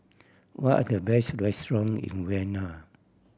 what are the best restaurant in Vienna